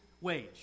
wage